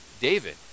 David